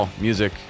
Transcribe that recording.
music